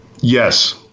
Yes